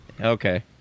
Okay